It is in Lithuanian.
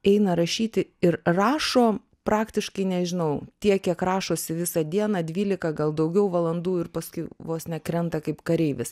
eina rašyti ir rašo praktiškai nežinau tiek kiek rašosi visą dieną dvylika gal daugiau valandų ir paskui vos ne krenta kaip kareivis